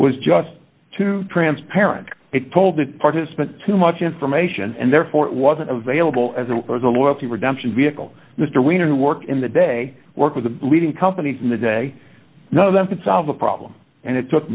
was just too transparent it told the participant too much information and therefore it wasn't available as it was a loyalty redemption vehicle mr weener who worked in the day work with the leading companies in the day none of them could solve the problem and it took